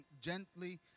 gently